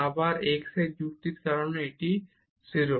আবার এই x যুক্তির কারণে এখানে এটি 0 হবে